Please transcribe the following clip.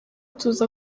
tuzi